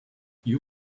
you